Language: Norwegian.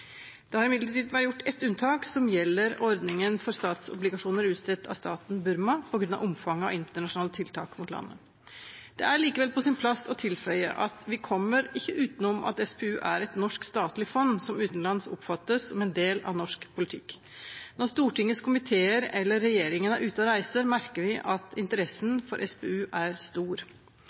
Det har imidlertid vært gjort ett unntak, som gjelder ordningen for statsobligasjoner utstedt av staten Burma, på grunn av omfanget av internasjonale tiltak mot landet. Det er likevel på sin plass å tilføye at vi kommer ikke utenom at SPU er et norsk statlig fond som utenlands oppfattes som en del av norsk politikk. Når Stortingets komiteer eller regjeringen er ute og reiser, merker vi at interessen for SPU er stor.